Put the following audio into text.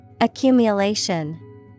Accumulation